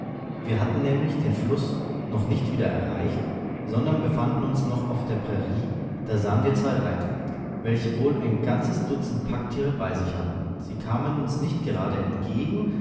wir hatten nämlich den fluß noch nicht wieder erreicht sondern befanden uns noch auf der prairie da sahen wir zwei reiter welche wohl ein ganzes dutzend packtiere bei sich hatten sie kamen uns nicht gerade entgegen